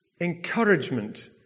Encouragement